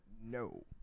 No